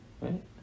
right